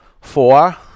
four